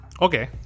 Okay